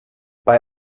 bei